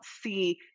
see